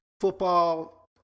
football